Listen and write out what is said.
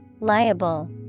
liable